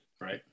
right